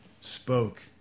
spoke